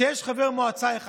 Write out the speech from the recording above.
כשיש חבר מועצה אחד,